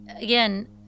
again